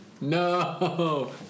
No